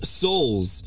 souls